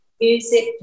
music